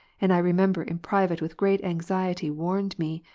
and i remember in private with great anxiety warned me,